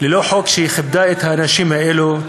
ללא חוק שכיבדה את האנשים האלה,